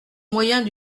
moyens